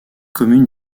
communes